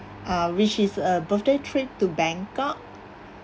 ah which is a birthday trip to bangkok